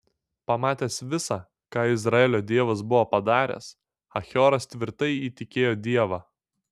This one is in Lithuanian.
pamatęs visa ką izraelio dievas buvo padaręs achioras tvirtai įtikėjo dievą